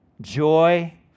joy